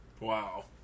Wow